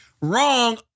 wrong